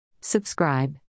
Subscribe